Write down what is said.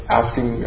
asking